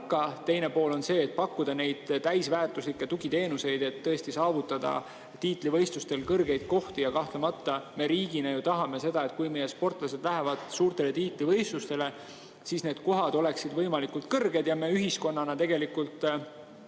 Teine pool on see, et pakkuda neid täisväärtuslikke tugiteenuseid, et tõesti saavutada tiitlivõistlustel kõrgeid kohti. Kahtlemata me riigina tahame seda, et kui meie sportlased lähevad suurtele tiitlivõistlustele, siis need kohad oleksid võimalikult kõrged. Ja me ühiskonnana tegelikult